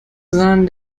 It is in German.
sahen